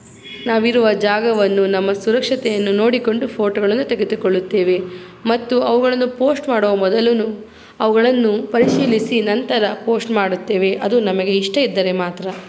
ನಾವಿರುವ ಜಾಗವನ್ನು ನಮ್ಮ ಸುರಕ್ಷತೆಯನ್ನು ನೋಡಿಕೊಂಡು ಫೋಟೋಗಳನ್ನು ತೆಗೆದುಕೊಳ್ಳುತ್ತೇವೆ ಮತ್ತು ಅವುಗಳನ್ನು ಪೋಸ್ಟ್ ಮಾಡುವ ಮೊದಲೂ ಅವುಗಳನ್ನು ಪರಿಶೀಲಿಸಿ ನಂತರ ಪೋಸ್ಟ್ ಮಾಡುತ್ತೇವೆ ಅದು ನಮಗೆ ಇಷ್ಟ ಇದ್ದರೆ ಮಾತ್ರ